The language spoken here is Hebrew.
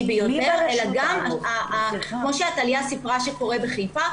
ביותר אלא גם כמו שעתליה סיפרה שקורה בחיפה,